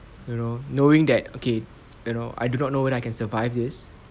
you know knowing that okay you know I do not know whether I can survive this